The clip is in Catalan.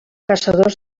caçadors